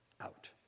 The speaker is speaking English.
out